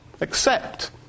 Accept